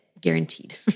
guaranteed